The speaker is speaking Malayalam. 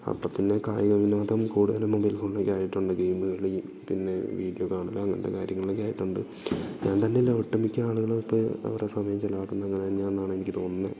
അപ്പം പിന്നെ കായിക വിനോദം കൂടുതലും മൊബൈൽ ഫോണിലായിട്ടുണ്ടെങ്കിൽ ഗെയിമുകളിൽ പിന്നെ വീഡിയോ കാണല് അങ്ങനത്തെ കാര്യങ്ങളൊക്കെ ആയിട്ടുണ്ട് ഞാൻ തന്നെ അല്ല ഒട്ടുമിക്ക ആളുകളുമിപ്പോൾ അവരുടെ സമയം ചിലവാക്കുന്നത് അങ്ങനെ തന്നെ ആണെന്നാണ് എനിക്ക് തോന്നുന്നേ